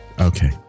Okay